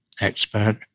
expert